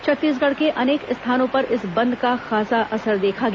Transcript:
छत्तीसगढ़ के अनेक स्थानों पर इस बंद का खासा असर देखा गया